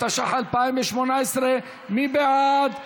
התשע"ח 2018. מי בעד?